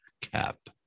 cap